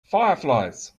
fireflies